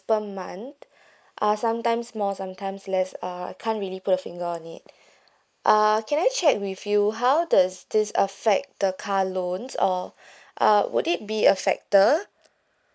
per month uh sometimes more sometimes less uh I can't really put a figure on it uh can I check with you how does this affect the car loans or uh would it be a factor